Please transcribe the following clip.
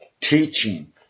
teaching